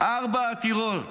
ארבע עתירות.